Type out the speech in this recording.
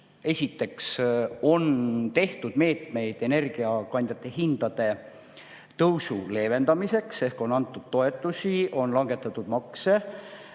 riikides on võetud meetmeid energiakandjate hindade tõusu leevendamiseks ehk on antud toetusi, on langetatud makse.